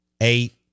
eight